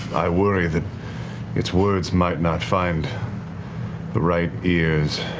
i worry that its words might not find the right ears.